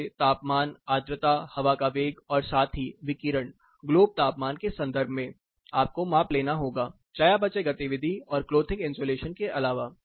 जैसे तापमान आर्द्रता हवा का वेग और साथ ही विकिरण ग्लोब तापमान के संदर्भ में आपको माप लेना होगा चयापचय गतिविधि और क्लोथिंग इंसुलेशन के अलावा